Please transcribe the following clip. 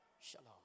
shalom